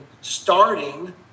starting